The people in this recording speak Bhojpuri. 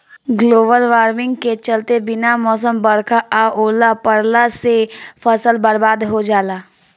ग्लोबल वार्मिंग के चलते बिना मौसम बरखा आ ओला पड़ला से फसल बरबाद हो जाला